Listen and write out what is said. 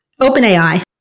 OpenAI